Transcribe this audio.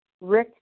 Rick